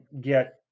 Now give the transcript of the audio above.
get